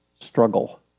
struggle